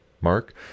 mark